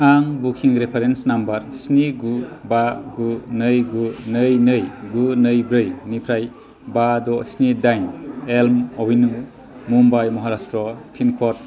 आं booking reference number स्नि गु बा गु नै गु नै नै गु नै ब्रैनिफ्राय बा द स्नि दाइन एल्म एभिनिउ मुम्बाइ महारास्ट्र पिनक'ड